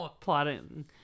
plotting